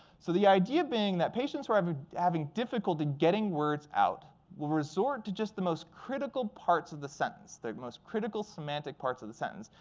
so the idea being that patients who are ah having difficulty getting words out will resort to just the most critical parts of the sentence, the most critical semantic parts of the sentence,